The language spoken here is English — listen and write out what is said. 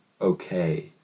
okay